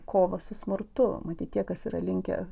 kovą su smurtu matyt tie kas yra linkę